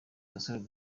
gasaro